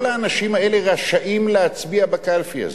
כל האנשים האלה רשאים להצביע בקלפי הזאת.